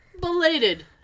Belated